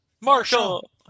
Marshall